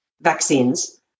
vaccines